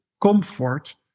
comfort